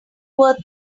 worth